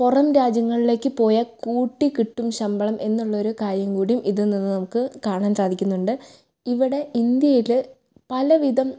പുറം രാജ്യങ്ങളിലേക്ക് പോയാൽ കൂട്ടി കിട്ടും ശമ്പളം എന്നുള്ളൊരു കാര്യം കൂടി ഇതിൽ നിന്ന് നമുക്ക് കാണാൻ സാധിക്കുന്നുണ്ട് ഇവിടെ ഇന്ത്യയിൽ പല വിധം